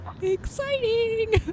exciting